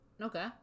Okay